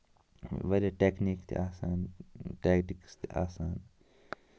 واریاہ ٹٮ۪کنیٖک تہِ آسان ٹٮ۪کٹِکٕس تہِ آسان